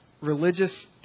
religious